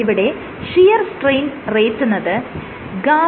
ഇവിടെ shear strain റേറ്റെന്നത് γ